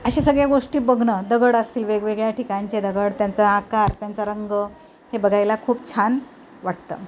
असे सगळ्या गोष्टी बघणं दगड असतील वेगवेगळ्या ठिकाणचे दगड त्यांचा आकार त्यांचा रंग हे बघायला खूप छान वाटतं